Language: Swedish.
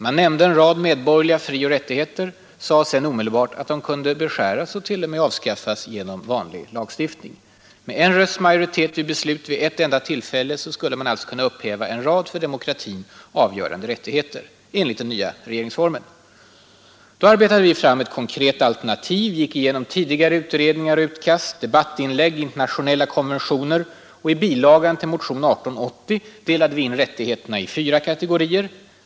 Man nämnde en rad medborgerliga frioch rättigheter, men sade sedan omedelbart att de kunde beskäras och t.o.m. avskaffas genom vanlig lagstiftning. Med en rösts majoritet vid beslut vid ett enda tillfälle skulle man alltså kunna upphäva en rad för demokratin avgörande rättigheter, enligt den nya regeringsformen. Då arbetade vi fram ett konkret alternativ. Vi gick igenom tidigare utredningar, utkast, debattinlägg och internationella konventioner. I bilagan till motionen 1880 delade vi in rättigheterna i fyra kategorier!